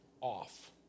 off